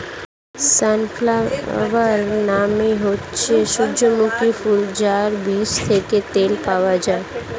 sunflower মানে হচ্ছে সূর্যমুখী ফুল যার বীজ থেকে তেল পাওয়া যায়